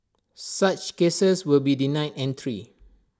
such cases will be denied entry